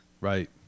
Right